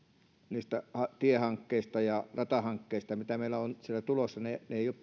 niistä tiehankkeista ja ratahankkeista mitä meillä on siellä tulossa ne